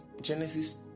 Genesis